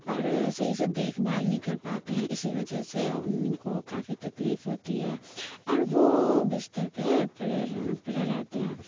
اور صحیح سے دیکھ بھال نہیں کر پاتے ہیں اسی وجہ سے ان کو کافی تکلیف ہوتی ہے اور وہ بستر پہ پرے پڑے رہتے ہیں